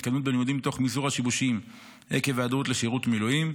התקדמות בלימודים תוך מזעור השיבושים עקב היעדרות לשירות מילואים,